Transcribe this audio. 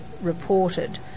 reported